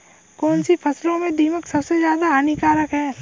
कौनसी फसल में दीमक सबसे ज्यादा हानिकारक है?